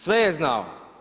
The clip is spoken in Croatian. Sve je znao.